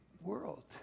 world